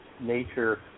nature